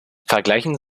vergleichen